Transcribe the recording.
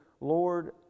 Lord